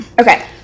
Okay